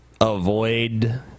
avoid